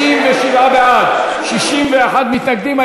57 בעד, 61 מתנגדים.